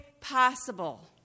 possible